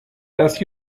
das